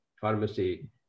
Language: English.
pharmacy